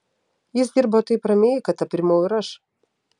jis dirbo taip ramiai kad aprimau ir aš